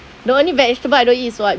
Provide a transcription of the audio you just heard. the only vegetable I don't eat is what